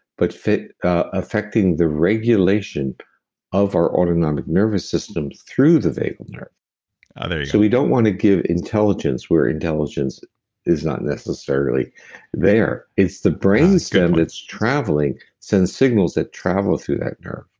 but affecting the regulation of our autonomic nervous system through the vagal nerve ah there you go we don't want to give intelligence where intelligence is not necessarily there. it's the brainstem that's traveling, send signals that travel through that nerve.